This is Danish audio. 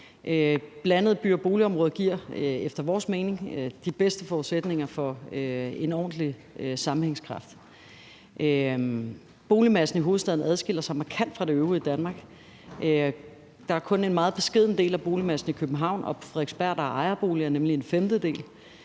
Blandede byer og boligområder giver efter vores mening de bedste forudsætninger for en ordentlig sammenhængskraft. Boligmassen i hovedstaden adskiller sig markant fra det øvrige Danmark. Der er kun en meget beskeden del af boligmassen i København og på Frederiksberg, der er ejerboliger, nemlig en femtedel.